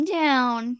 down